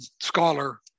scholar